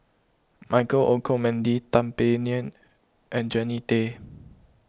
Michael Olcomendy Tan Paey Fern and Jannie Tay